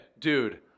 Dude